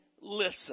listen